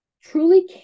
truly